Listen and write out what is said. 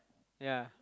ya